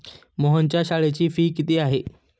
मोहनच्या शाळेची फी किती आहे?